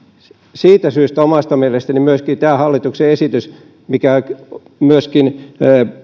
siitä syystä omasta mielestäni myöskin tämä hallituksen esitys mikä myöskin